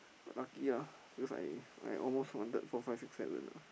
unlucky ah because I I almost wanted four five six seven